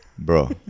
Bro